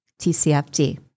TCFD